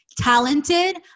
talented